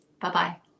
Bye-bye